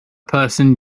person